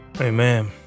Amen